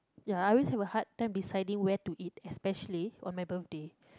ya I always have a hard time deciding where to eat especially on my birthday